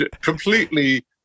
completely